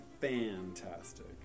fantastic